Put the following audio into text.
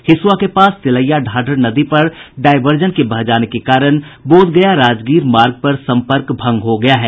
हिसुआ के पास तिलैया ढाढर नदी पर डायवर्जन बह जाने के कारण बोधगया राजगीर मार्ग पर संपर्क भंग हो गया है